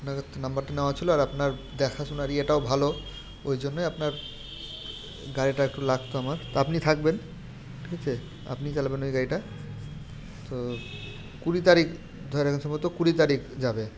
তো আপনার থেকে নাম্বারটা নেওয়ার ছিলো আর আপনার দেখাশোনার ইয়েটাও ভালো ওই জন্যই আপনার গাড়িটা একটু লাগতো আমার তা আপনি থাকবেন ঠিক আছে আপনিই চালাবেন ওই গাড়িটা তো কুড়ি তারিখ ধরে রাখুন সম্ভবত কুড়ি তারিখ যাবে